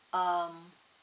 um